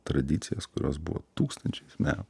tradicijas kurios buvo tūkstančiais metų